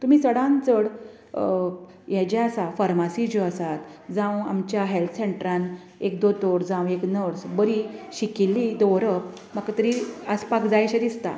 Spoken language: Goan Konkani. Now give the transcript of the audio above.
तुमी चडांत चड यें जें आसा फर्मासी ज्यो आसा जावं आमच्या हेल्थ सेंटरान एक दोतोर जावं एक नर्स बरी शिकिल्ली दवरप म्हाका तरी आसपाक जाय अशें दिसता